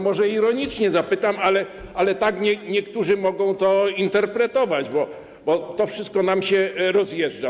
Może ironicznie zapytam, ale tak niektórzy mogą to interpretować, bo to wszystko nam się rozjeżdża.